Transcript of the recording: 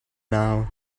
now